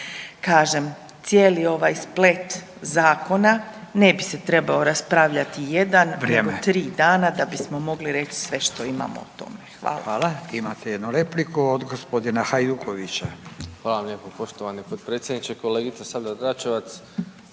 Kažem, cijeli ovaj splet zakona ne bi se trebao raspravljat jedan nego tri dana da bismo mogli reć sve što imamo o tome. Hvala. **Radin, Furio (Nezavisni)** Hvala. Imate jednu repliku od g. Hajdukovića. **Hajduković, Domagoj (Nezavisni)** Hvala vam lijepo poštovani potpredsjedniče. Kolegice Sabljar Dračevac,